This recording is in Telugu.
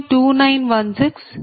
2084 0